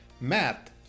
matt